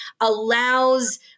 allows